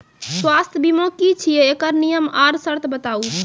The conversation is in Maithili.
स्वास्थ्य बीमा की छियै? एकरऽ नियम आर सर्त बताऊ?